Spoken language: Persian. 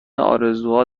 ارزوها